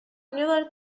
never